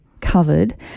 covered